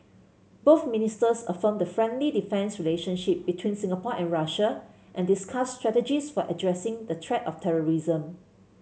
both ministers affirmed the friendly defence relationship between Singapore and Russia and discussed strategies for addressing the threat of terrorism